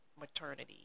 maternity